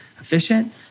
efficient